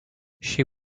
she